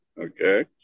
Okay